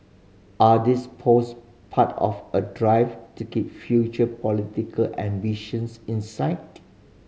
are these pose part of a drive to keep future political ambitions in sight